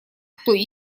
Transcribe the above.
кто